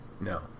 No